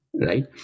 Right